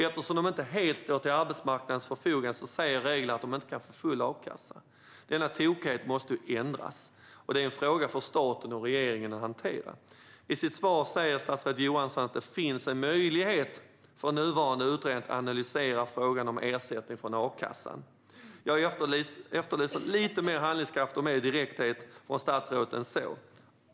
Eftersom de inte helt står till arbetsmarknadens förfogande säger reglerna att de inte kan få full a-kassa. Denna tokighet måste ändras, och det är en fråga för staten och regeringen att hantera. I sitt svar säger statsrådet Johansson att det finns en möjlighet för nuvarande utredning att analysera frågan om ersättning från a-kassan. Jag efterlyser lite mer handlingskraft och mer direkthet från statsrådet än så.